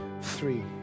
three